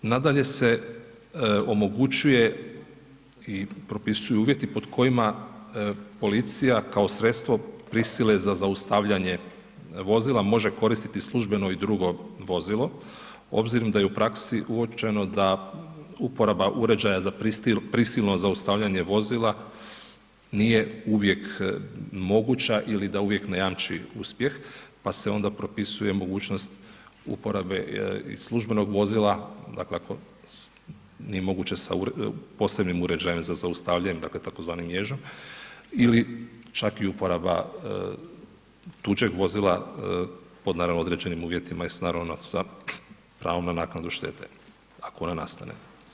Nadalje se omogućuje i propisuju uvjeti pod kojima policija kao sredstvo prisile za zaustavljanje vozila može koristiti službeno i drugo vozilo obzirom da je u praksi uočeno da uporaba uređaja za prisilno zaustavljanje vozila nije uvijek moguća ili da uvijek ne jamči uspjeh, pa se onda propisuje mogućnost uporabe i službenog vozila, dakle ako nije moguće sa posebnim uređajem za zaustavljanje, dakle, tzv. ježom ili čak i uporaba tuđeg vozila, pod naravno određenim uvjetima i s naravno, pravom na naknadu štete, ako ona nastane.